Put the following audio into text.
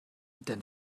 denn